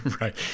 Right